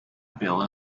bill